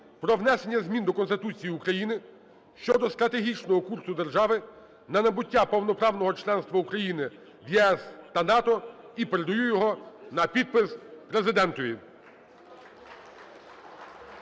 про внесення змін до Конституції України щодо стратегічного курсу держави на набуття повноправного членства України в ЄС та НАТО і передаю його на підпис Президентові.